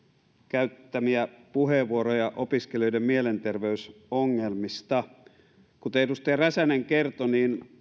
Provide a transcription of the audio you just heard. käyttämiä puheenvuoroja opiskelijoiden mielenterveysongelmista kuten edustaja räsänen kertoi